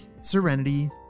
Serenity